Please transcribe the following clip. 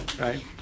right